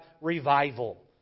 revival